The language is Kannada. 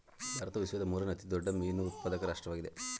ಭಾರತವು ವಿಶ್ವದ ಮೂರನೇ ಅತಿ ದೊಡ್ಡ ಮೀನು ಉತ್ಪಾದಕ ರಾಷ್ಟ್ರವಾಗಿದೆ